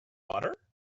butter